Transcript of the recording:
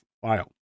file